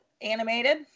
animated